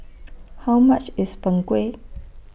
How much IS Png Kueh